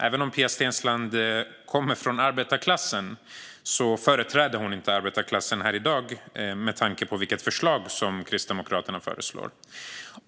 Även om Pia Steensland kommer från arbetarklass företräder hon inte arbetarklassen i dag med tanke på vilket förslag som Kristdemokraterna lägger fram.